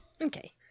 Okay